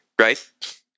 right